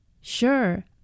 Sure